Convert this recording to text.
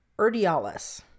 Erdialis